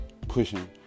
pushing